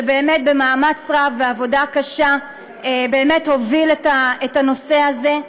שבמאמץ רב ועבודה קשה הוביל את הנושא הזה,